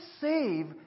save